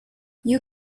you